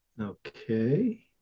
Okay